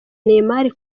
neymar